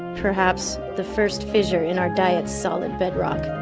perhaps, the first fissure in our diet's solid bedrock